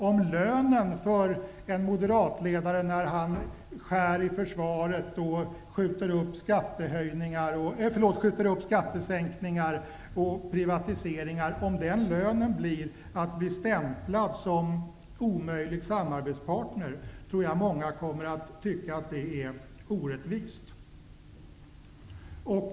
Om lönen för en moderatledare som skär i försvaret och skjuter upp skattesänkningar och privatiseringar blir att bli stämplad som omöjlig samarbetspartner kommer många, tror jag, att tycka att det är orättvist.